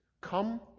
Come